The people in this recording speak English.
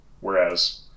Whereas